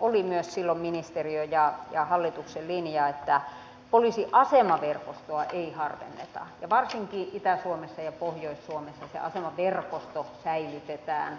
oli myös silloin ministeriön ja hallituksen linja että poliisiasemaverkostoa ei harvenneta ja varsinkin itä suomessa ja pohjois suomessa se asemaverkosto säilytetään